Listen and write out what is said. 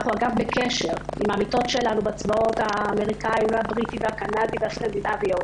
ואנחנו בקשר עם העמיתות שלנו בצבא האמריקאי והבריטי והקנדי והסקנדינבי.